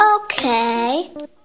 Okay